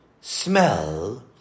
smell